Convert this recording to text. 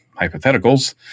hypotheticals